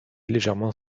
légèrement